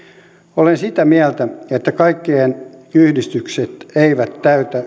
olen sitä mieltä että kaikki yhdistykset eivät täytä